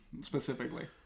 specifically